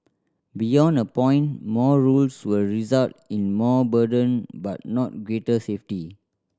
beyond a point more rules will result in more burden but not greater safety